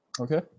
Okay